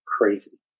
crazy